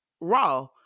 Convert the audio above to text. Raw